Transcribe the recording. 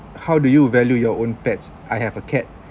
how do you value your own pets I have a cat